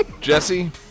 Jesse